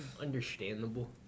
Understandable